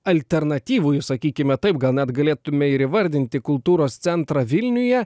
alternatyvųjį sakykime taip gal net galėtume ir įvardinti kultūros centrą vilniuje